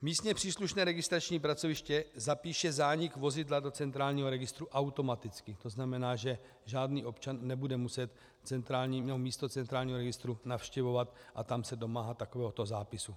Místně příslušné registrační pracoviště zapíše zánik vozidla do centrálního registru automaticky, to znamená, že žádný občan nebude muset místo centrálního registru navštěvovat a tam se domáhat takovéhoto zápisu.